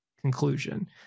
conclusion